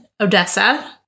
Odessa